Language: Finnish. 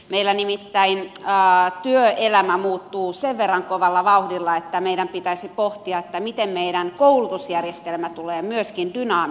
meillä nimittäin työelämä muuttuu sen verran kovalla vauhdilla että meidän pitäisi pohtia miten meidän koulutusjärjestelmä tulee myöskin dynaamiseksi